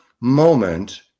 moment